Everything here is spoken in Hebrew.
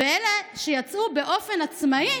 ואלה שיצאו באופן עצמאי,